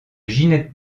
ginette